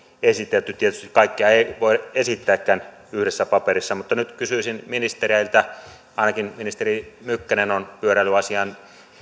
esitetty tietysti kaikkea ei voi esittääkään yhdessä paperissa mutta nyt kysyisin ministereiltä ainakin ministeri mykkänen on pyöräilyasiaan